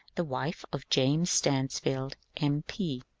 the wife of james stansfeld, m. p,